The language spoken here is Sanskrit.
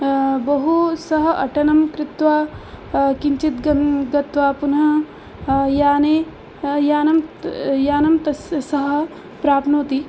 बहु सः अटनं कृत्वा किञ्चित् गत्वा पुनः याने यानं यानं तस्य सः प्राप्नोति